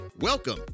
Welcome